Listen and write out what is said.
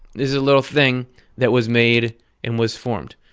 there's a little thing that was made and was formed.